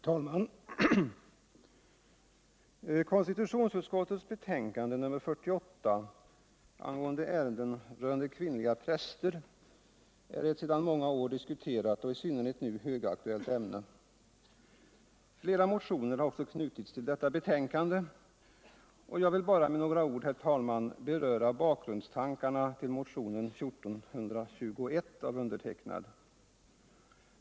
Herr talman! Konstitutionsutskottets betänkande nr 48 angående ärenden rörande kvinnliga präster är ett sedan många år diskuterat och i synnerhet nu högaktuellt ämne. Flera motioner har också knutits till detta betänkande, och jag vill bara med några ord, herr talman, beröra bakgrundstankarna till motionen 1421 väckt av mig.